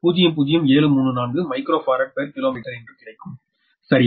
00734 micro farad per kilometre என்று கிடைக்கும் சரியா